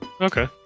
Okay